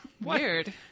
Weird